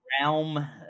realm